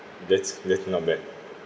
that's that's not bad